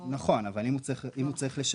נכון, אבל אם הוא חייב במס